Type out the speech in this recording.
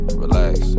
relax